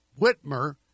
Whitmer